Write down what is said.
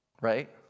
right